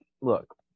look